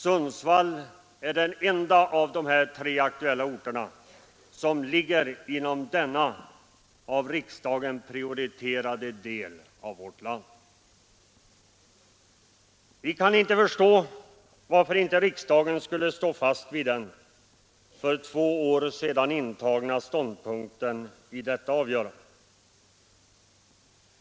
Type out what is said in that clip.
Sundsvall är den enda av de här tre aktuella orterna som ligger inom denna av riksdagen prioriterade del av vårt land. Vi kan inte förstå varför inte riksdagen skulle stå fast vid den för två år sedan intagna ståndpunkten i detta avgörande.